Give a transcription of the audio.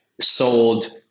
sold